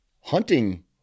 hunting